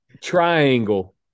triangle